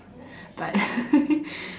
but